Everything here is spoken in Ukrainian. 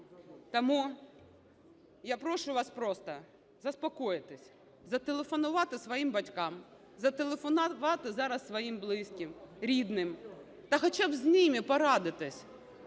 Тому я прошу вас просто заспокоїтись. Зателефонувати своїм батькам, зателефонувати зараз своїм близьким, рідним та хоча б з ними порадитися,